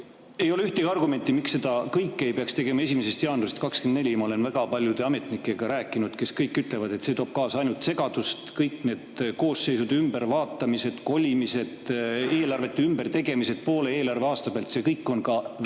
Ei ole ühtegi argumenti, miks seda kõike ei peaks tegema 1. jaanuarist 2024. Ma olen väga paljude ametnikega rääkinud, nad kõik ütlevad, et see toob kaasa ainult segadust. Kõik need koosseisude ümbervaatamised, kolimised, eelarvete ümbertegemised poole eelarveaasta pealt – see kõik on ka väga